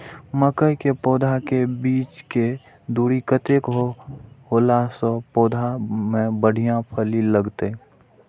मके के पौधा के बीच के दूरी कतेक होला से पौधा में बढ़िया फली लगते?